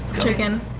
Chicken